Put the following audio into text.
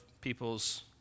people's